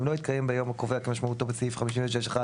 ואם לא התקיים ביום הקובע כמשמעותו בסעיף 56(1)